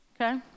Okay